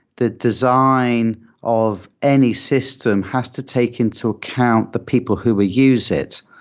the design of any system has to take into account the people who will use it.